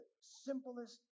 simplest